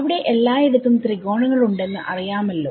അവിടെ എല്ലായിടത്തും ത്രികോണങ്ങൾ ഉണ്ടെന്ന് അറിയാമല്ലോ